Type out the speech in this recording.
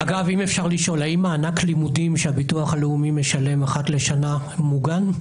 האם מענק לימודים שהביטוח הלאומי משלם אחת לשנה מוגן?